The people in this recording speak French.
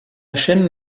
chaîne